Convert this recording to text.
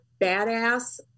badass